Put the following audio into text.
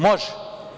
Može.